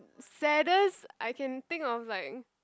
saddest I can think of like